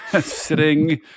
sitting